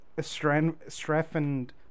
strengthened